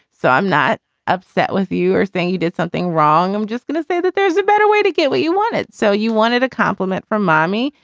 so i'm not upset with you or think you did something wrong i'm just going to say that there's a better way to get what you wanted. so you wanted a compliment from mommy.